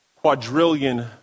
quadrillion